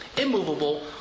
immovable